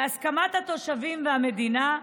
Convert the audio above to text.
בהסכמת התושבים והמדינה,